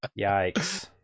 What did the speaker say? Yikes